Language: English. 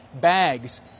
bags